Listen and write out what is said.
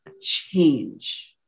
change